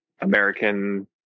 American